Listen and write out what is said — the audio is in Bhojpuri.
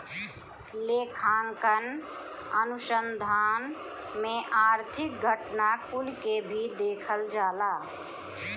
लेखांकन अनुसंधान में आर्थिक घटना कुल के भी देखल जाला